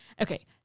Okay